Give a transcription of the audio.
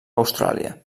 austràlia